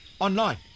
online